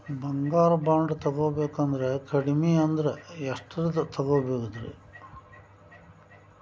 ಬಂಗಾರ ಬಾಂಡ್ ತೊಗೋಬೇಕಂದ್ರ ಕಡಮಿ ಅಂದ್ರ ಎಷ್ಟರದ್ ತೊಗೊಬೋದ್ರಿ?